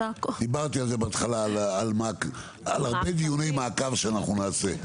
דיברתי בהתחלה על הרבה דיוני מעקב שאנחנו נעשה.